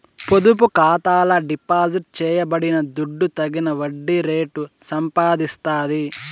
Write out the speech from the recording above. పొదుపు ఖాతాల డిపాజిట్ చేయబడిన దుడ్డు తగిన వడ్డీ రేటు సంపాదిస్తాది